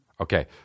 Okay